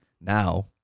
Now